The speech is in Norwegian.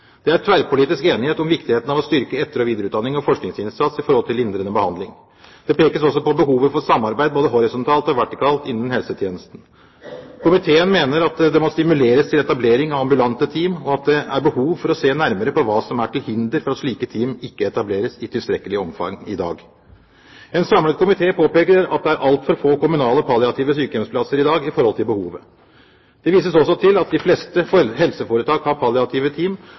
Det er tverrpolitisk enighet om viktigheten av å styrke etter- og videreutdanning og forskningsinnsats hva gjelder lindrende behandling. Det pekes også på behovet for samarbeid både horisontalt og vertikalt innen helsetjenesten. Komiteen mener det må stimuleres til etablering av ambulante team, og at det er behov for å se nærmere på hva som er til hinder for at slike team etableres i tilstrekkelig omfang i dag. En samlet komité påpeker at det er altfor få kommunale palliative sykehjemsplasser i dag i forhold til behovet. Det vises også til at de fleste helseforetak har palliative team,